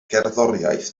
gerddoriaeth